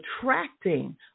attracting